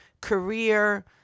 career